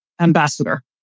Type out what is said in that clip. ambassador